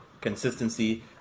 consistency